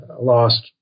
lost